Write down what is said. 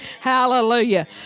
Hallelujah